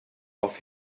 off